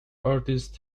artist